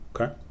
okay